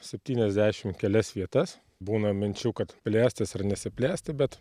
septyniasdešimt kelias vietas būna minčių kad plėstis ar nesiplėsti bet